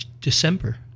December